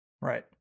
right